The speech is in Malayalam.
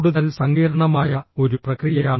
കൂടുതൽ സങ്കീർണ്ണമായ ഒരു പ്രക്രിയയാണ്